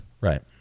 Right